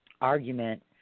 argument